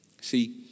See